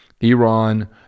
iran